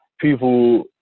people